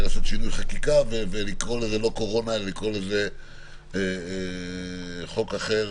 לעשות תיקון חקיקה ולקרוא לזה לא קורונה אלא חוק אחר